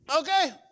okay